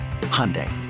Hyundai